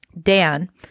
Dan